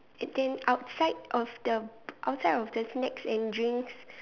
and then outside of the outside of the snacks and drinks